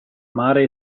mare